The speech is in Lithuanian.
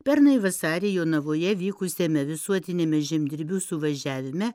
pernai vasarį jonavoje vykusiame visuotiniame žemdirbių suvažiavime